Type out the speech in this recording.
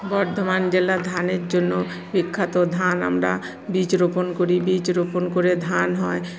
বর্ধমান জেলা ধানের জন্য বিখ্যাত ধান আমরা বীজ রোপণ করি বীজ রোপণ করে ধান হয়